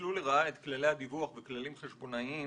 ניצלו לרעה את כללי הדיווח וכללים חשבונאים